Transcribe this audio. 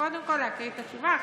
קודם כול להקריא את התשובה.